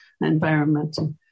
environmental